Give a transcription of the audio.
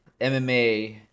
mma